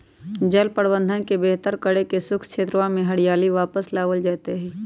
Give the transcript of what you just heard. जल प्रबंधन के बेहतर करके शुष्क क्षेत्रवा में हरियाली वापस लावल जयते हई